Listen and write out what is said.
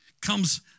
comes